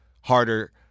harder